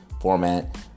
format